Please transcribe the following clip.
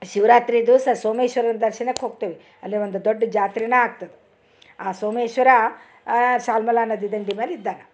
ಶಿವರಾತ್ರಿ ದಿವ್ಸ ಸೋಮೇಶ್ವರನ ದರ್ಶನಕ್ಕೆ ಹೋಗ್ತೆವಿ ಅಲ್ಲಿ ಒಂದು ದೊಡ್ಡ ಜಾತ್ರೆನೆ ಆಗ್ತದ ಆ ಸೋಮೇಶ್ವರ ಶಾಲ್ಮಲ ನದಿ ದಂಡಿ ಮೇಲೆ ಇದ್ದಾನೆ